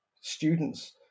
students